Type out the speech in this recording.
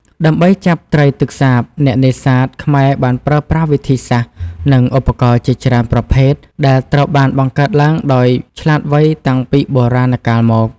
ដើម្បីចាប់ត្រីទឹកសាប អ្នកនេសាទខ្មែរបានប្រើប្រាស់វិធីសាស្ត្រ និងឧបករណ៍ជាច្រើនប្រភេទដែលត្រូវបានបង្កើតឡើងដោយឆ្លាតវៃតាំងពីបុរាណកាលមក។